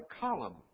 column